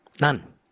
None